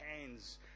hands